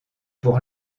pour